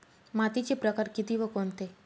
मातीचे प्रकार किती व कोणते?